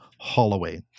Holloway